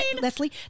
Leslie